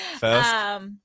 first